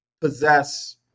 possess